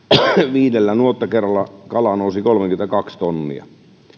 viidellä nuottakerralla kalaa nousi kolmekymmentäkaksi tonnia ja